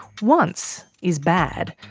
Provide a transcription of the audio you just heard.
once is bad,